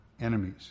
enemies